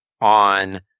on